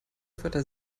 wörter